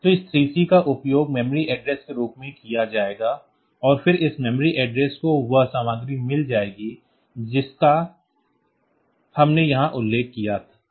तो इस 3C का उपयोग मेमोरी एड्रेस के रूप में किया जाएगा और फिर इस मेमोरी एड्रेस को वह सामग्री मिल जाएगी जिसका हमने यहां उल्लेख किया था